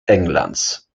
englands